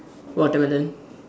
watermelon